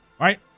right